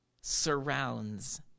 surrounds